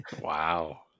Wow